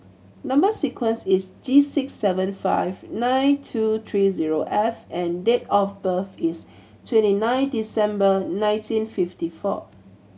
number sequence is T six seven five nine two tree zero F and date of birth is twenty nine December nineteen fifty four